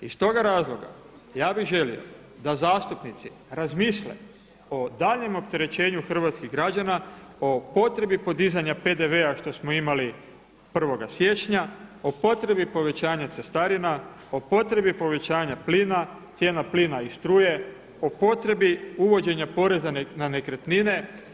Iz toga razloga ja bih želio da zastupnici razmisle o daljnjem opterećenju hrvatskih građana, o potrebi podizanja PDV-a što smo imali 1. siječnja, o potrebi povećanja cestarina, o potrebi povećanja plina, cijena plina i struje, o potrebi uvođenja poreza na nekretnine.